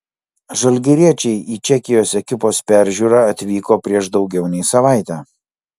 žalgiriečiai į čekijos ekipos peržiūrą atvyko prieš daugiau nei savaitę